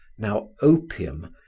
now, opium,